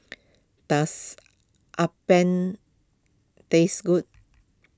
does Appam taste good